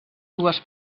dues